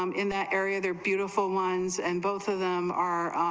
um in that area they're beautiful lines and both of them are